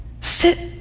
sit